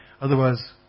otherwise